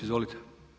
Izvolite.